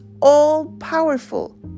all-powerful